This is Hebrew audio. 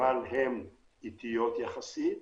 אבל השיטה הזאת איטית יחסית